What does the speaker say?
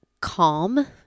calm